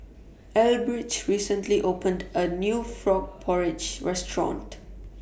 Elbridge recently opened A New Frog Porridge Restaurant